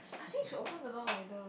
I think should open the door like the